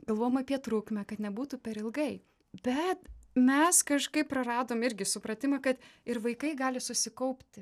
galvojom apie trūkumę kad nebūtų per ilgai bet mes kažkaip praradom irgi supratimą kad ir vaikai gali susikaupti